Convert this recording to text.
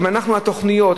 התוכניות,